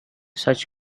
such